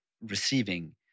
receiving